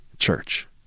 church